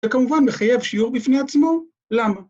וכמובן מחייב שיעור בפני עצמו, למה?